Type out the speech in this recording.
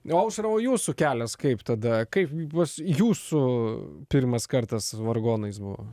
aušra o jūsų kelias kaip tada kai bus jūsų pirmas kartas vargonais buvo